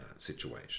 Situation